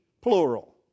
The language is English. plural